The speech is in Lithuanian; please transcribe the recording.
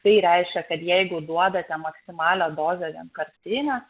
tai reiškia kad jeigu duodate maksimalią dozę vienkartinę